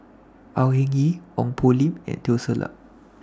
Au Hing Yee Ong Poh Lim and Teo Ser Luck